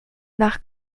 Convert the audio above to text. nach